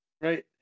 Right